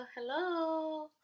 hello